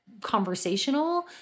conversational